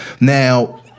Now